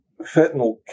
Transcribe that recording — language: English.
fentanyl